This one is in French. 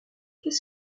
qu’est